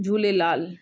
Jhulelal